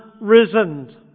risen